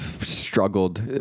struggled